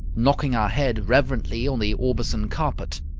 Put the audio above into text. knocking our head reverently on the aubusson carpet.